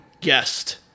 guest